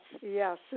yes